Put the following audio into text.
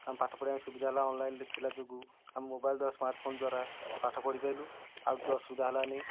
ଆମ ପାଠ ପଢ଼ିବା ପାଇଁ ସୁବିଧା ହେଲା ଅନଲାଇନ୍ରେ ଥିଲା ଯୋଗୁଁ ଆମ ମୋବାଇଲ୍ ଦ୍ୱାରା ସ୍ମାର୍ଟଫୋନ୍ ଦ୍ୱାରା ପାଠ ପଢ଼ି ପାଇଲୁ ଆଉ କିଛି ଅସୁବିଧା ହେଲାନି